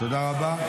תודה רבה.